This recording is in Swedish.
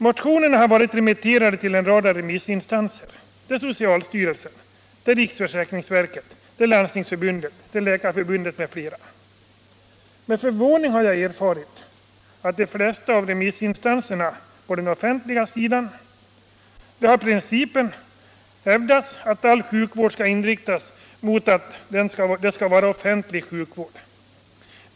Motionerna har varit remitterade till en rad remissinstanser: socialstyrelsen, riksförsäkringsverket, Landstingsförbundet, Läkarförbundet, m.fl. Med förvåning har jag erfarit att de flesta av remissinstanserna på den offentliga sidan har hävdat principen, att all sjukvård skall vara offentlig sjukvård.